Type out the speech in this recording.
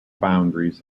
boundaries